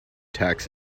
tax